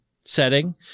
setting